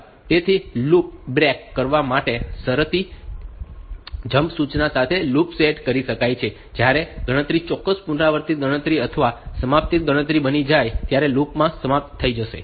તેથી loop back કરવા માટે શરતી જમ્પ સૂચના સાથે લૂપ સેટ કરી શકાય છે અને જ્યારે ગણતરી ચોક્કસ પુનરાવૃત્તિ ગણતરી અથવા સમાપ્તિ ગણતરી બની જાય ત્યારે લૂપ સમાપ્ત થઈ જશે